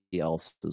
else's